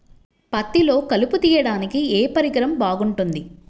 పత్తిలో కలుపు తీయడానికి ఏ పరికరం బాగుంటుంది?